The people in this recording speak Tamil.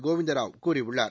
கோவிந்தராவ் கூறியுள்ளார்